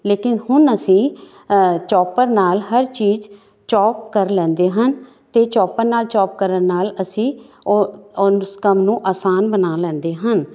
ਲੇਕਿਨ ਹੁਣ ਅਸੀਂ ਚੌਪਰ ਨਾਲ ਹਰ ਚੀਜ਼ ਚੋਪ ਕਰ ਲੈਂਦੇ ਹਨ ਅਤੇ ਚੌਪਰ ਨਾਲ ਚੋਪ ਕਰਨ ਨਾਲ ਅਸੀਂ ਓ ਉਸ ਕੰਮ ਨੂੰ ਆਸਾਨ ਬਣਾ ਲੈਂਦੇ ਹਨ